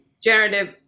generative